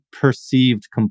perceived